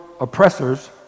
oppressors